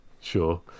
sure